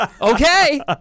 okay